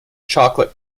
chocolate